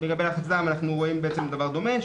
אנחנו רואים דבר דומה,